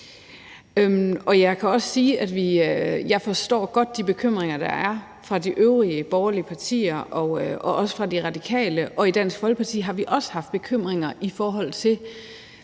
godt forstår de bekymringer, der er kommet fra de øvrige borgerlige partier, også fra De Radikale. Og i Dansk Folkeparti har vi også haft bekymringer, i forhold til